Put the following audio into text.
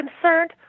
concerned